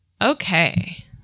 Okay